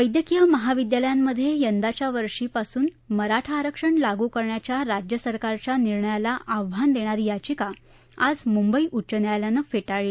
वैद्यकीय महाविद्यालयांमधे यंदाच्या वर्षीपासून मराठा आरक्षण लागू करण्याच्या राज्य सरकारच्या निर्णयाला आव्हान देणारी याचिका आज मुंबई उच्च न्यायालयानं फे ळिली